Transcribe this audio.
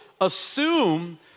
assume